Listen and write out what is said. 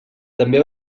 també